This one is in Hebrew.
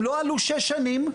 לא עלו שש שנים.